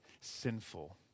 sinful